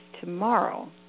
tomorrow